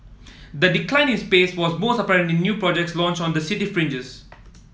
the decline in space was most apparent in new projects launched on the city fringes